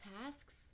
tasks